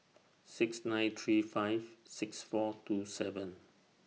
six nine three five six four two seven